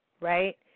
right